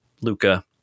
Luca